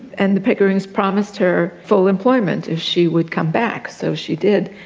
and the pickerings promised her full employment if she would come back. so she did,